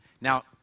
Now